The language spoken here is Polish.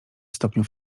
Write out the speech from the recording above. stopniu